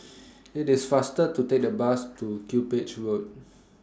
IT IS faster to Take The Bus to Cuppage Road